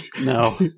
No